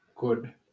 good